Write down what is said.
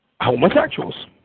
homosexuals